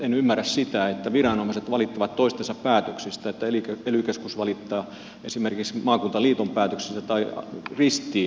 en ymmärrä sitä että viranomaiset valittavat toistensa päätöksistä että ely keskus valittaa esimerkiksi maakuntaliiton päätöksistä tai ristiin